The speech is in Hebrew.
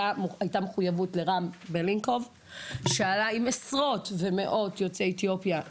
הייתה מחויבות לרם בלינקוב שעלה עם מאות יוצאי אתיופיה לזום,